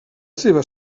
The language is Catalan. seua